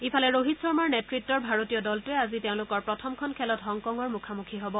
ইফালে ৰোহিত শৰ্মাৰ নেতৃতত ভাৰতীয় দলটোৱে আজি তেওঁলোকৰ প্ৰথমখন খেলত হংকঙৰ মুখামুখি হ'ব